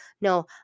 no